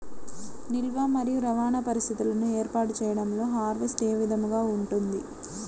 నిల్వ మరియు రవాణా పరిస్థితులను ఏర్పాటు చేయడంలో హార్వెస్ట్ ఏ విధముగా ఉంటుంది?